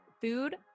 food